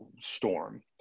storm